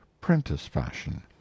prentice-fashion